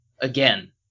again